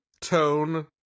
tone